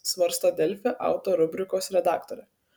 svarsto delfi auto rubrikos redaktorė